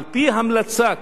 על-פי המלצת